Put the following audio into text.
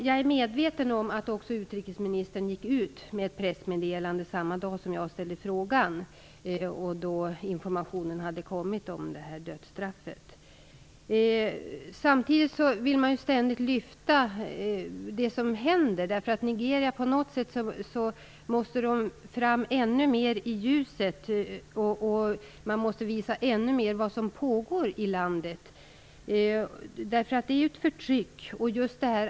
Jag är medveten om att utrikesministern gick ut med ett pressmeddelande samma dag som jag ställde frågan då informationen om dödsstraffet hade kommit. Samtidigt vill man ju ständigt lyfta fram det som händer. På något sätt måste Nigeria ännu mer fram i ljuset. Man måste visa ännu mer vad som pågår i landet. Det finns ju ett förtryck.